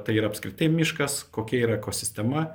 tai yra apskritai miškas kokia yra ekosistema